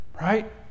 right